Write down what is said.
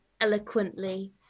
eloquently